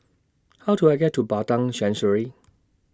How Do I get to Padang Chancery